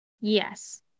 Yes